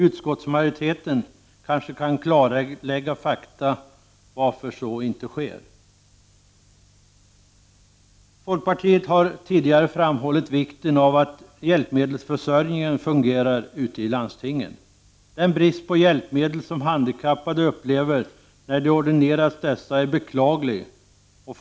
Utskottsmajoriteten kan kanske klarlägga varför detta inte sker. Folkpartiet har tidigare framhållit vikten av att hjälpmedelsförsörjningen fungerar ute i landstingen. Det är beklagligt att handikappade som ordinerats hjälpmedel ofta inte får dessa hjälpmedel.